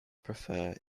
prefer